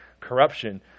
corruption